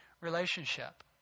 relationship